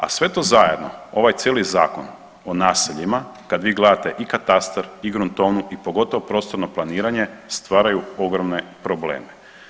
A sve to zajedno, ovaj cijeli Zakon o naseljima kad vi gledate i katastar i gruntovnu i pogotovo prostorno planiranje stvaraju ogromne probleme.